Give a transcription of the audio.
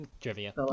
trivia